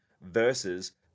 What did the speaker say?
versus